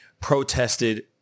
protested